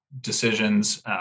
decisions